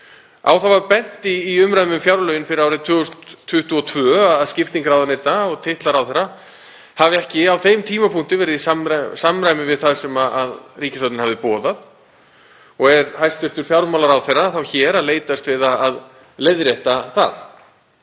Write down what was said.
Á það var bent í umræðum um fjárlögin fyrir árið 2022 að skipting ráðuneyta og titlar ráðherra hafi ekki á þeim tímapunkti verið í samræmi við það sem ríkisstjórnin hafði boðað og er hæstv. fjármálaráðherra þá hér að leitast við að leiðrétta það.